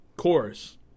Chorus